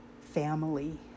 family